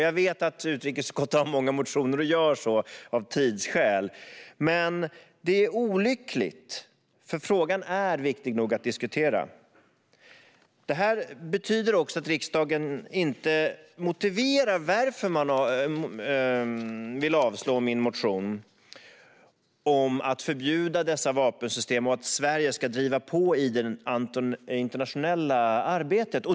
Jag vet att utrikesutskottet har många motioner och gör så av tidsskäl. Men det är olyckligt, för frågan är viktig nog att diskutera. Det betyder också att utskottet inte motiverar varför man vill avstyrka min motion om att förbjuda dessa vapensystem och att Sverige ska driva på i det internationella arbetet.